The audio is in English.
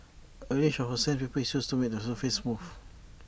A range of sandpaper is used to make the surface smooth